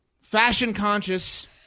fashion-conscious